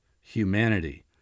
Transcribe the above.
humanity